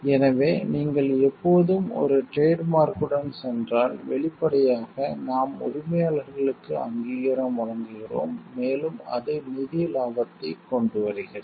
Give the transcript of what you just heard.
எனவே நீங்கள் எப்போதும் ஒரு டிரேட் மார்க்யுடன் சென்றால் வெளிப்படையாக நாம் உரிமையாளர்களுக்கு அங்கீகாரம் வழங்குகிறோம் மேலும் அது நிதி லாபத்தைக் கொண்டுவருகிறது